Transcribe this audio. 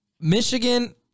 Michigan